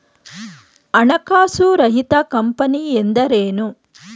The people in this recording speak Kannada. ಹಣಕಾಸು ರಹಿತ ಕಂಪನಿ ಎಂದರೇನು?